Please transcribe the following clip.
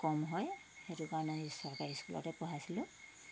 কম হয় সেইটো কাৰণে আ চৰকাৰী স্কুলতে পঢ়াইছিলোঁ